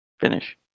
finish